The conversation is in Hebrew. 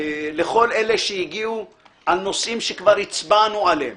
לכל אלה שהגיעו על נושאים שכבר הצבענו עליהם